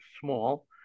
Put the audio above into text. small